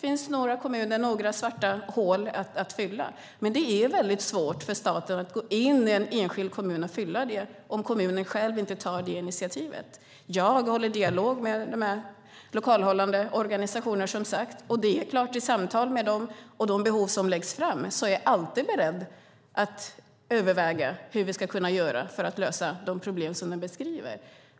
I några kommuner finns det svarta hål att fylla, men det är väldigt svårt för staten att gå in i en enskild kommun och fylla det om kommunen själv inte tar initiativet. Jag har en dialog med de lokalhållande organisationerna, och i samtalen med dem om deras behov är jag alltid beredd att överväga vad vi kan göra för att lösa de problem som de beskriver.